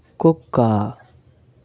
కుక్క